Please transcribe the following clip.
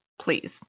please